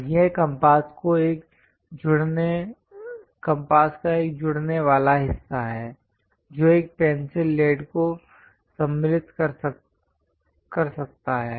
और यह कम्पास का एक जुड़ने वाला हिस्सा है जो एक पेंसिल लेड को सम्मिलित कर सकता है